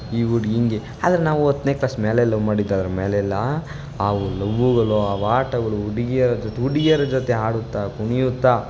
ಈ ಹುಡುಗಿ ಹಿಂಗೆ ಆದರೆ ನಾವು ಹತ್ತನೇ ಕ್ಲಾಸ್ ಮೇಲೆ ಲವ್ ಮಾಡಿದ ಅದ್ರ ಮೇಲೆಲ್ಲಾ ಅವು ಲವ್ವುಗಳು ಅವು ಆಟಗಳು ಹುಡ್ಗಿಯರ ಜೊತೆ ಹುಡ್ಗಿಯರ ಜೊತೆ ಆಡುತ್ತಾ ಕುಣಿಯುತ್ತಾ